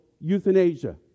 euthanasia